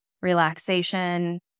relaxation